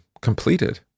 completed